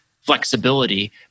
flexibility